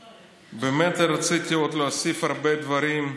תשמע, באמת רציתי להוסיף עוד הרבה דברים,